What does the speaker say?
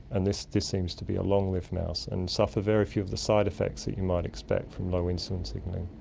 and this this seems to be a long-lived mouse and suffer very few of the side effects that you might expect from low insulin signalling.